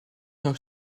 nog